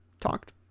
talked